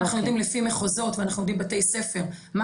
אנחנו יודעים לפי מחוזות ולפי בתי ספר מה